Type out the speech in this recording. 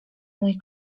mój